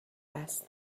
است